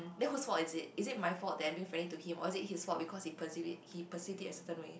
then who's fault is it is it fault that I'm being friendly to him or is it his fault because he perceived he perceived it in a certain way